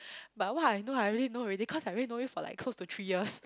but what I know I really know already cause I already know it for like close to three years